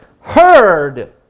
heard